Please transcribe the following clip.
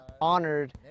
honored